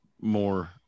more